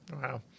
Wow